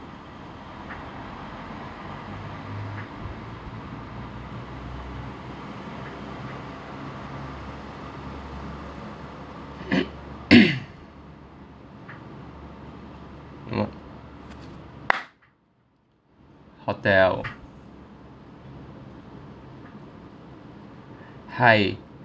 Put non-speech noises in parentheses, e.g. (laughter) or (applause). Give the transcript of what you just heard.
(coughs) oh hotel hi